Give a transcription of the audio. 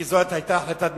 כי זאת היתה החלטת הממשלה,